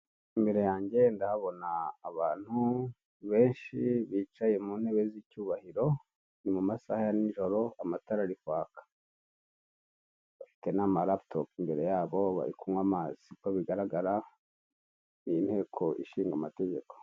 Imbere yanjye ndahabona abantu benshi bicaye mu ntebe z'icyubahiro, ni mu masaha ya nijoro amatara ari kwaga. Bafite n'amaraputopu imbere yabo bari kunywa amazi, uko bigaragara ni inteko ishinga mategeko.